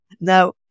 Now